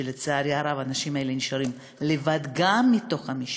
שלצערי הרב האנשים האלה נשארים לבד גם בתוך המשפחה.